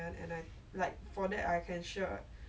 how was was how to say that how to like